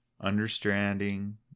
understanding